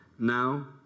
Now